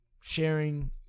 sharing